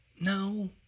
No